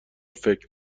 فکر